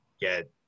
get